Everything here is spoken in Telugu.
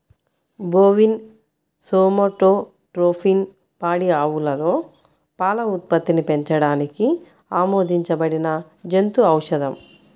బోవిన్ సోమాటోట్రోపిన్ పాడి ఆవులలో పాల ఉత్పత్తిని పెంచడానికి ఆమోదించబడిన జంతు ఔషధం